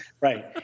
Right